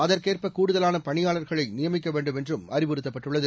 அகுற்கேற்ப கூடுதலான பணியாளர்களை நியமிக்க வேண்டும் என்றும் அறிவுறுத்தப்பட்டுள்ளது